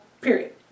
period